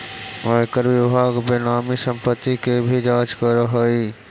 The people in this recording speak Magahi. आयकर विभाग बेनामी संपत्ति के भी जांच करऽ हई